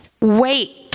wait